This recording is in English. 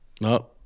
No